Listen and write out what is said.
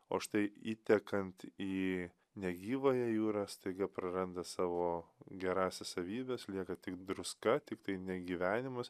o štai įtekant į negyvąją jūrą staiga praranda savo gerąsias savybes lieka druska tiktai ne gyvenimas